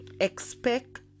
expect